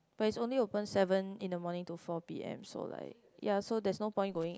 but it's only open seven in the morning to four p_m so like ya so there's no point going